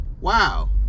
wow